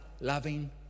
loving